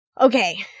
Okay